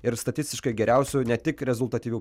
ir statistiškai geriausių ne tik rezultatyvių